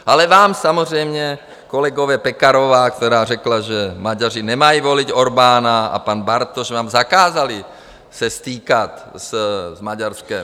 Ale vám samozřejmě kolegové Pekarová, která řekla, že Maďaři nemají volit Orbána, a pan Bartoš vám zakázali se stýkat s Maďarskem.